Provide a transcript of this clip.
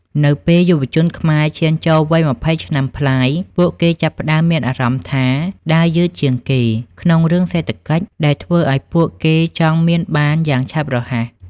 នៅពេលយុវជនខ្មែរឈានចូលវ័យ ២០ ឆ្នាំប្លាយ ពួកគេចាប់ផ្តើមមានអារម្មណ៍ថា "ដើរយឺតជាងគេ" ក្នុងរឿងសេដ្ឋកិច្ច ដែលធ្វើឱ្យពួកគេចង់មានបានយ៉ាងឆាប់រហ័ស។